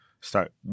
start